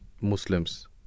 Muslims